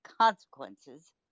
consequences